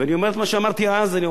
אני עומד על דעתי ואני הולך,